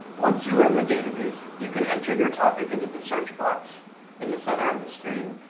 once you are in the database, you can enter your topic into the search box in the center of the screen,